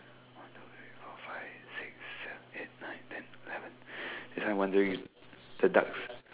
one two three four five six seven eight nine ten eleven I'm wondering the duck